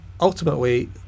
ultimately